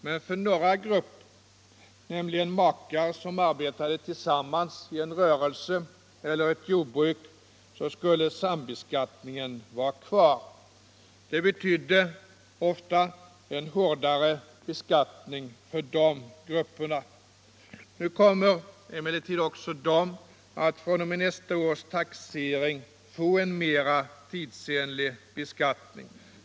Men för några grupper —- nämligen makar som arbetade tillsammans i en rörelse eller ett jordbruk — skulle sambeskattningen vara kvar. Det betydde ofta en hårdare beskattning för de grupperna. Nu kommer emellertid också de att fr.o.m. , nästa års taxering få en mera tidsenlig beskattning.